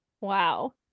Wow